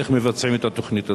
איך מבצעים את התוכנית הזאת.